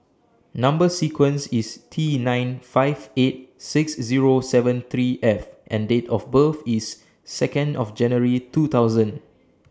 Number sequence IS T nine five eight six Zero seven three F and Date of birth IS Second of January two thousand